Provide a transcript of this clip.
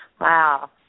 Wow